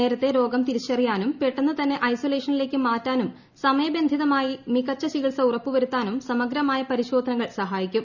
നേരത്തെ രോഗിക്കു തിരിച്ചറിയാനും പെട്ടെന്ന് തന്നെ ഐസൊലേഷനിലക്ക് മാറ്റാനും സമയബന്ധിതമായി മികച്ച പ്രചികിത്സ ഉറപ്പുവരുത്താനും സമഗ്രമായ പരിശോധനകൾ സഹായിക്കും